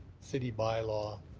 city bylaw,